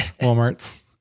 Walmart's